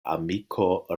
amiko